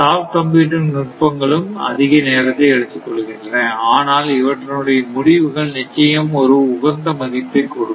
soft computing நுட்பங்களும் அதிக நேரத்தை எடுத்துக்கொள்கின்றன ஆனால் இவற்றினுடைய முடிவுகள் நிச்சயம் ஒரு உகந்த மதிப்பை கொடுக்கும்